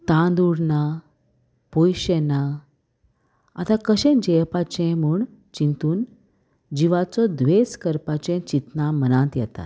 तांदूळ ना पोयशें ना आतां कशें जेवपाचें म्हूण चिंतून जिवाचो द्वेस करपाचें चिंतना मनांत येतात